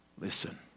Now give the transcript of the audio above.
listen